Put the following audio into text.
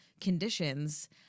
conditions